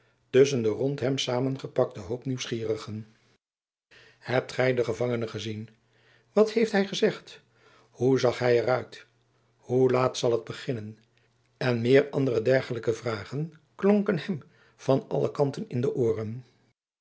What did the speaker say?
tusschen den rondom hem saamgepakten hoop nieuwsgierigen hebt gy den gevangene gezien wat heeft hy gezegd hoe zag hy er uit hoe laat zal t beginnen en meer andere dergelijke vragen klonken hem van alle kanten in cle ooren